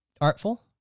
Artful